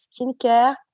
skincare